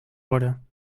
worden